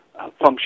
function